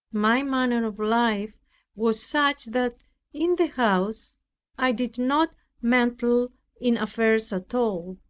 my manner of life was such, that in the house i did not meddle in affairs at all,